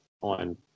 on